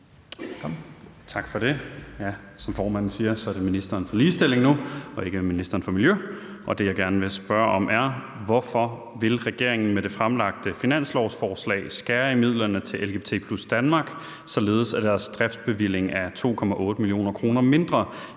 Som formanden siger, er det ministeren for ligestilling nu, og ikke miljøministeren, og det, jeg gerne vil spørge om, er: Hvorfor vil regeringen med det fremlagte finanslovsforslag skære i midlerne til LGBT+ Danmark, således at deres driftsbevilling er 2,8 mio. kr. mindre,